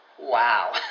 Wow